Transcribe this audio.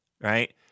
right